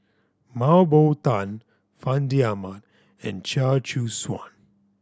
Mah Bow Tan Fandi Ahmad and Chia Choo Suan